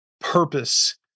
purpose